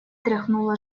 тряхнула